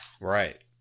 Right